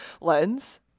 lens